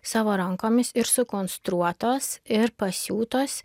savo rankomis ir sukonstruotos ir pasiūtos